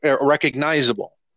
recognizable